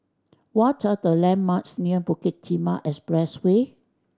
what are the landmarks near Bukit Timah Expressway